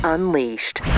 Unleashed